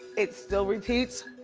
it still repeats.